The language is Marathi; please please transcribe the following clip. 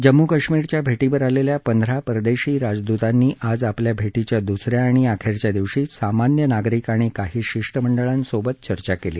जम्मू कश्मीरच्या भेटीवर आलेल्या पंधरा परदेशी राजदूतांनी आज आपल्या भेटीच्या दुसऱ्या आणि अखेरच्या दिवशी सामान्य नागरिक आणि काही शिष्टमंडळांसोबत चर्चा केली